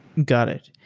got it.